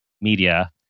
Media